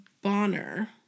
Bonner